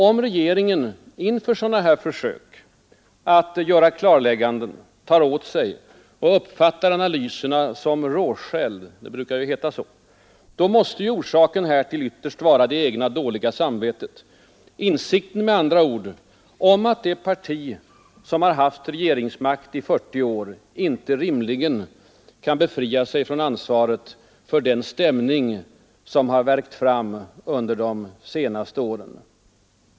Om regeringen inför sådana försök att göra klarlägganden tar åt sig och uppfattar analyserna som ”råskäll” — det brukar ju heta så — då måste ju orsaken härtill ytterst vara det egna dåliga samvetet, med andra ord insikten om att det parti som har innehaft regeringsmakten i 40 år inte rimligen kan frånhända sig ansvaret för den stämning som har värkt fram under de senaste åren.